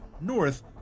North